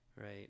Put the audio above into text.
right